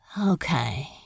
Okay